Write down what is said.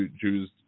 Jews